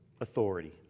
authority